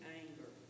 anger